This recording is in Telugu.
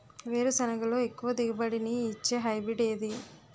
వేరుసెనగ లో ఎక్కువ దిగుబడి నీ ఇచ్చే హైబ్రిడ్ ఏది?